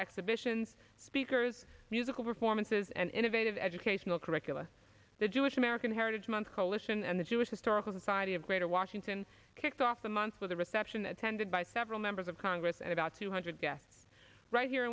exhibitions speakers musical performances and innovative educational curricula the jewish american heritage month coalition and the jewish historical society of greater washington kicked off the month with a reception attended by several members of congress and about two hundred guests right here